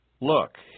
Look